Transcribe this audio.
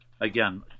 again